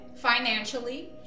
financially